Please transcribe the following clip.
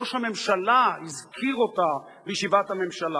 ראש הממשלה הזכיר אותה בישיבת הממשלה,